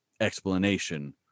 explanation